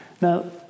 Now